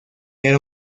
era